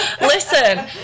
Listen